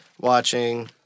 watching